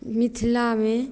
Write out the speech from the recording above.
मिथिलामे